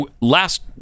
Last